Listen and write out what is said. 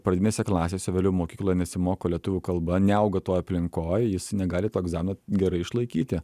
pradinėse klasėse vėliau mokykla nesimoko lietuvių kalba neauga toj aplinkoj jis negali to egzamino gerai išlaikyti